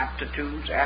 aptitudes